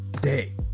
day